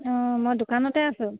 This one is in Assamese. অঁ মই দোকানতে আছোঁ